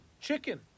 chicken